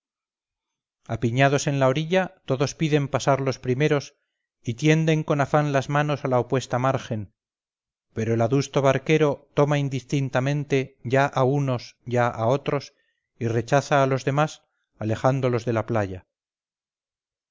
apiñados en la orilla todos piden pasar los primeros y tienden con afán las manos a la opuesta margen pero el adusto barquero toma indistintamente ya a unos ya a otros y rechaza a los demás alejándolos de la playa